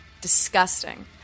disgusting